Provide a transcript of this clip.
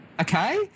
okay